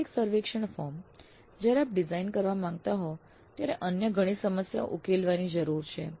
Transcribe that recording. વાસ્તવિક સર્વેક્ષણ ફોર્મ જ્યારે આપ ડિઝાઇન કરવા માંગતા હોય ત્યારે અન્ય ઘણી સમસ્યાઓ ઉકેલવાની જરૂર છે